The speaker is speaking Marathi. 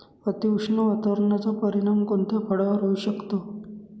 अतिउष्ण वातावरणाचा परिणाम कोणत्या फळावर होऊ शकतो?